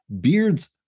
Beards